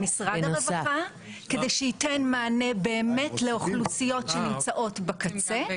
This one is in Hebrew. משרד הרווחה כדי שייתן מענה לאוכלוסיות שנמצאות בקצה,